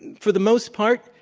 for the most part,